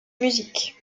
musique